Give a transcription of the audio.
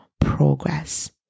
progress